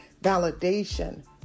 validation